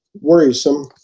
worrisome